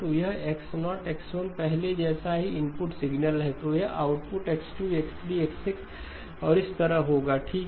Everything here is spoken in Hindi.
तो यदि यह X0 X1 पहले जैसा ही इनपुट सिग्नल है तो यह आउटपुट X0 X3 X6 और इसी तरह होगा ठीक